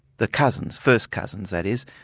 the cousins, first cousins that is,